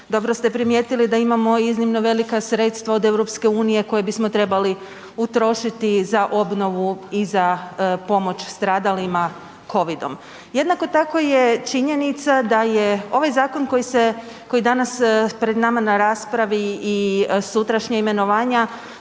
dobro ste primijetili da imamo iznimno velika sredstva od EU koja bismo trebali utrošiti za obnovu i za pomoć stradalima covid-om. Jednako tako je činjenica da je ovaj zakon koji je danas pred nama u raspravi i sutrašnja imenovanja